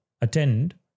attend